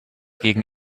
gegen